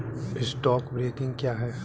Stock broking क्या है?